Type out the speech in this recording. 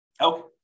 Okay